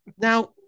Now